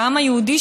כעם היהודי,